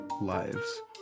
lives